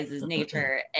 nature